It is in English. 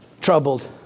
troubled